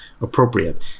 appropriate